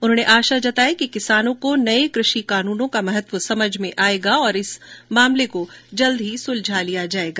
उन्होंने आशा जताई कि किसानों को नये कृषि कानूनों का महत्व समझ में आयेगा और इस मामले को जल्द ही सुलझा लिया जायेगा